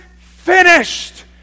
finished